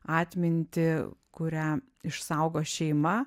atmintį kurią išsaugo šeima